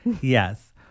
Yes